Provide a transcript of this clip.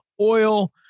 oil